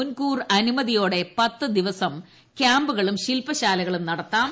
മുൻകൂർ അനുമതിയോടെ പത്ത് ദിവസം ക്യാമ്പുകളും ശില്പശാലകളും നടത്താം